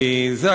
זה,